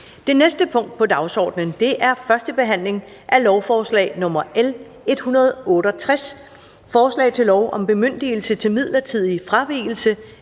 Det næste punkt på dagsordenen er: 5) 1. behandling af lovforslag nr. L 168: Forslag til lov om bemyndigelse til midlertidig fravigelse